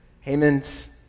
Haman's